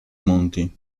monti